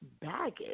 baggage